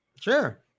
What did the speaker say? Sure